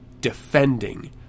defending